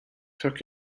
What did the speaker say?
took